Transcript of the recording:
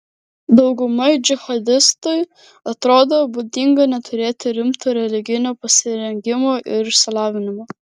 daugumai džihadistų atrodo būdinga neturėti rimto religinio pasirengimo ir išsilavinimo